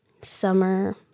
Summer